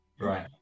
Right